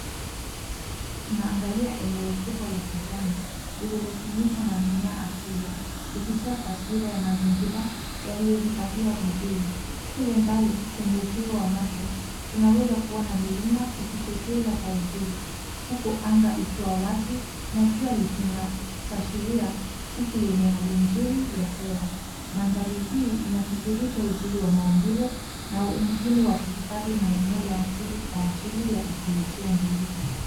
Tunaangalia eneo kubwa la kijani lililofunikwa na mimea asili likitoa taswira ya mazingira yaliyohifadhiwa vizuri. Kule mbali kwenye upeo wa macho, tunaweza kuona milima ikitokeza kwa uzuri huku anga ikiwa wazi na jua likingaa kuashiria siku yenye hali nzuri ya hewa. Mandhari hii inafirikisha uzuri wa maumbile na umuhimu wa kuhifadhi maeneo ya asili kwa ajili ya ikolojia endelevu.